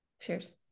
cheers